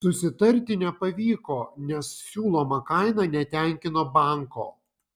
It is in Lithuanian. susitarti nepavyko nes siūloma kaina netenkino banko